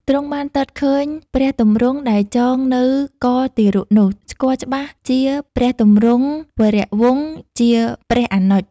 ទ្រង់បាន ទតឃើញព្រះទម្រង់ដែលចងនៅកទារកនោះ ស្គាល់ច្បាស់ជាព្រះទម្រង់វរវង្សជាព្រះអនុជ ។